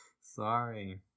Sorry